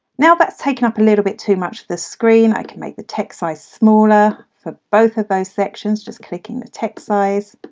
now that's taking up a little bit too much of the screen, i can make the text size smaller for both of those sections just clicking the text size